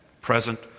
present